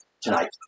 tonight